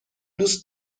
دوست